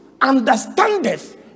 understandeth